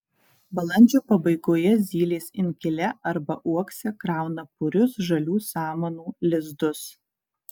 balandžio pabaigoje zylės inkile arba uokse krauna purius žalių samanų lizdus